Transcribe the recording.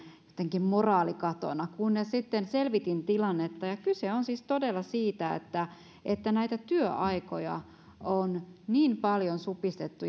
moraalikatona kunnes sitten selvitin tilannetta kyse on siis todella siitä että että näitä työaikoja on niin paljon supistettu